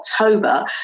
October